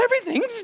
everything's